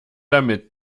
damit